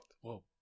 Whoa